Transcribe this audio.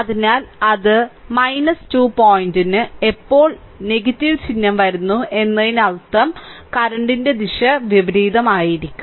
അതിനാൽ അത് 2 പോയിന്റ് എപ്പോൾ ചിഹ്നം വരുന്നു എന്നതിനർത്ഥം കറന്റിന്റെ ദിശ വിപരീതമായിരിക്കും